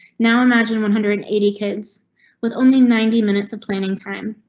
now imagine one hundred and eighty kids with only ninety minutes of planning time.